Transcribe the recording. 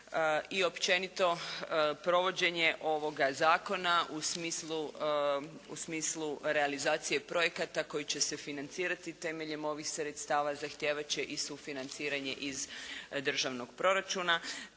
i općenito provođenje ovoga zakona u smislu realizacije projekata koji će se financirati temeljem ovih sredstava zahtijevat će i sufinanciranje iz državnog proračuna